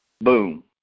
Boom